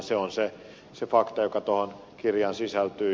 se on se fakta joka tuohon kirjaan sisältyy